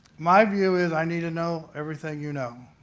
my view is i need to know everything you know.